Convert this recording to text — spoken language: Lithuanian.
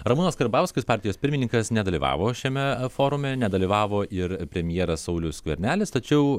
ramūnas karbauskis partijos pirmininkas nedalyvavo šiame forume nedalyvavo ir premjeras saulius skvernelis tačiau